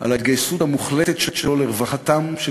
על ההתגייסות המוחלטת שלו לרווחתם של